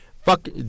Fuck